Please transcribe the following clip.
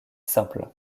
simple